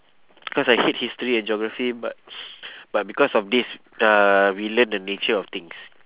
cause I hate history and geography but but because of this uh we learn the nature of things